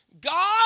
God